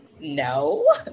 No